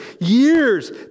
years